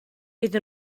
iddyn